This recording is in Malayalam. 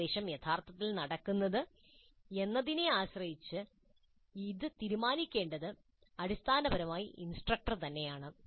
നിർദ്ദേശം യഥാർത്ഥത്തിൽ നടക്കുന്നത് എന്നതിനെ ആശ്രയിച്ച് ഇത് തീരുമാനിക്കേണ്ടത് അടിസ്ഥാനപരമായി ഇൻസ്ട്രക്ടർ തന്നെയാണ്